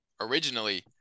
originally